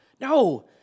No